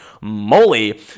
moly